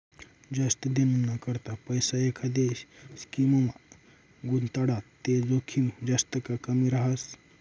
जास्त दिनना करता पैसा एखांदी स्कीममा गुताडात ते जोखीम जास्त का कमी रहास